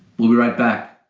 we'll be right back.